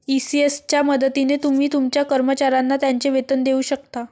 ECS च्या मदतीने तुम्ही तुमच्या कर्मचाऱ्यांना त्यांचे वेतन देऊ शकता